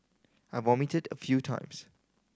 I vomited a few times